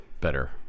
better